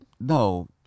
No